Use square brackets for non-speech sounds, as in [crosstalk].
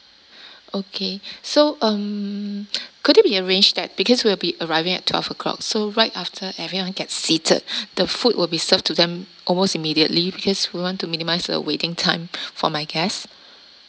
okay so um [noise] could it be arranged that because we'll be arriving at twelve o'clock so right after everyone gets seated the food will be served to them almost immediately because we want to minimise the waiting time for my guests